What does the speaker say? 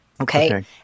Okay